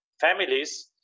families